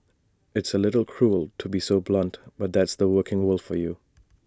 it's A little cruel to be so blunt but that's the working world for you